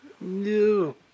No